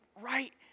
right